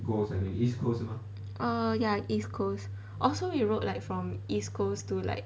err ya east coast orh so we rode like from east coast to like